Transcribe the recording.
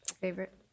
favorite